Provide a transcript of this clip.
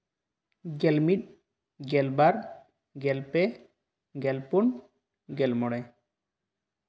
ᱜᱮᱞ ᱢᱤᱫ ᱜᱮᱞ ᱵᱟᱨ ᱜᱮᱞ ᱯᱮ ᱜᱮᱞ ᱯᱩᱱ ᱜᱮᱞ ᱢᱚᱬᱮ